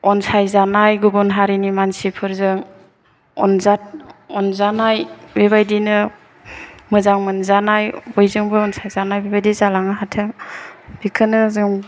अनसाय जानाय गुबुन हारिनि मानसिफोरजों अनजानाय बे बायदिनो मोजां मोनजानाय बयजोंबो अनसाय जानाय बे बादि जालांनो हाथों बेखौनो जों